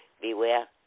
Beware